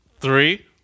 three